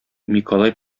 миколай